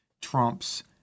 Trump's